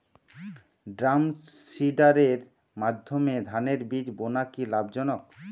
ড্রামসিডারের মাধ্যমে ধানের বীজ বোনা কি লাভজনক?